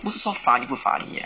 不是说 funny 不 funny eh